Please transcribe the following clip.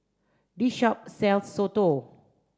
this shop sells Soto